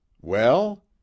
Well